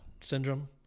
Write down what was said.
syndrome